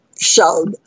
showed